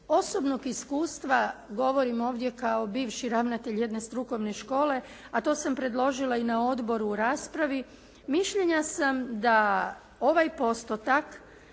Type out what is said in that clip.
osobnog iskustva, govorim ovdje kao bivši ravnatelj jedne strukovne škole, a to sam predložila i na odboru u raspravi mišljenja sam da ovaj postotak